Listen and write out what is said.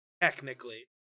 technically